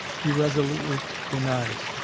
he resolutely denies.